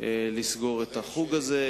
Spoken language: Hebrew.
לסגור את החוג הזה.